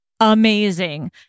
Amazing